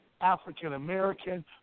African-American